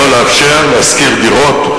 לא לאפשר להשכיר דירות?